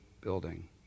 building